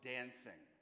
Dancing